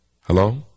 Hello